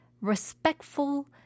respectful